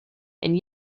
and